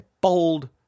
bold